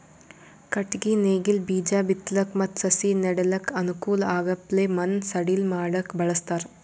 ಕಟ್ಟಗಿ ನೇಗಿಲ್ ಬೀಜಾ ಬಿತ್ತಲಕ್ ಮತ್ತ್ ಸಸಿ ನೆಡಲಕ್ಕ್ ಅನುಕೂಲ್ ಆಗಪ್ಲೆ ಮಣ್ಣ್ ಸಡಿಲ್ ಮಾಡಕ್ಕ್ ಬಳಸ್ತಾರ್